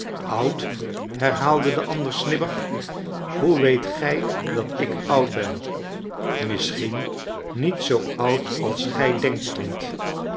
oud herhaalde de ander snibbig hoe weet gij dat ik oud ben misschien niet zoo oud als gij denkt vriend